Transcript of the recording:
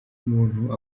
umuntu